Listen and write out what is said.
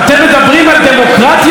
אתם מדברים על דמוקרטיה,